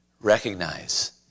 Recognize